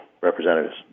representatives